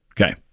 Okay